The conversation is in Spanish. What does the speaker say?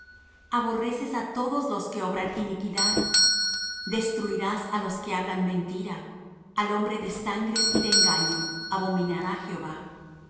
aborreces á todos los que obran iniquidad destruirás á los que hablan mentira al hombre de sangres y de engaño abominará jehová